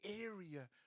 area